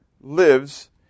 lives